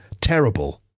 terrible